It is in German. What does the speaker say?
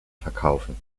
verkaufen